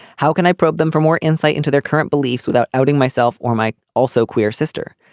how can i probe them for more insight into their current beliefs without outing myself or my also queer sister.